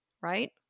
right